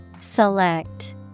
Select